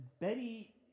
Betty